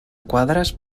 quadres